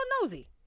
nosy